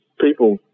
people